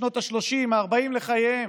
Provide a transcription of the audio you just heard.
בשנות השלושים והארבעים לחייהם,